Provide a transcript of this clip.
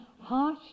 harsh